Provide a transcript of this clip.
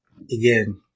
again